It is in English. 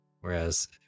Whereas